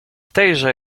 tejże